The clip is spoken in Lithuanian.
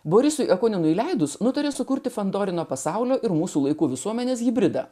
borisui jakuninui leidus nutarė sukurti pandorą nuo pasaulio ir mūsų laikų visuomenės hibridą